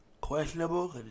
questionable